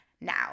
now